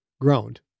groaned